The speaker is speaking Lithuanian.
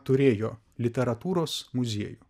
turėjo literatūros muziejų